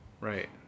Right